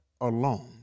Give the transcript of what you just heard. alone